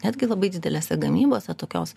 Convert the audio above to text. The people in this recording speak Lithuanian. netgi labai didelėse gamybose tokios